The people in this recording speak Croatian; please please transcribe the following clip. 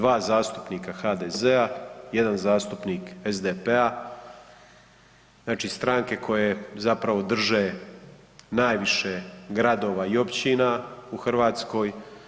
2 zastupnika HDZ-a, 1 zastupnik SDP-a, znači stranke koje zapravo drže najviše gradova i općina u Hrvatskoj.